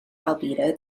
albedo